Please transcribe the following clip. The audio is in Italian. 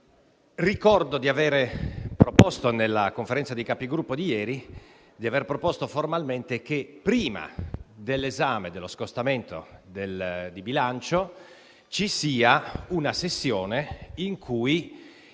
ricordo di avere proposto formalmente nella Conferenza dei Capigruppo di ieri che, prima dell'esame dello scostamento di bilancio, ci fosse una sessione in cui